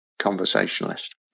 conversationalist